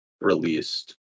released